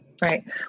Right